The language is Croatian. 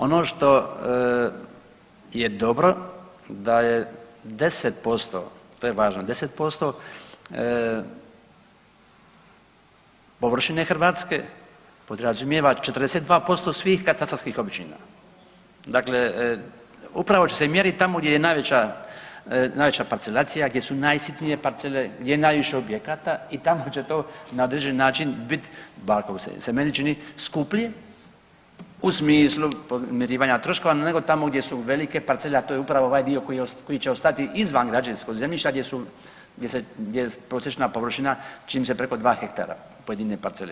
Ono što je dobro da je 10%, to je važno 10% površine Hrvatske podrazumijeva 42% svih katastarskih općina, dakle upravo će se mjerit tamo gdje je najveća, najveća parcelacija, gdje su najsitnije parcele, gdje je najviše objekata i tamo će to na određeni način bit … [[Govornik se ne razumije]] ili se meni čini skuplje u smislu podmirivanja troškova nego tamo gdje su velike parcele, a to je upravo ovaj dio koji će ostati izvan građevinskog zemljišta gdje su, gdje se, gdje je prosječna površina čini mi se preko dva hektara pojedine parcele.